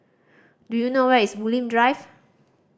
do you know where is Bulim Drive